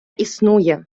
існує